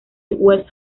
west